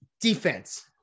Defense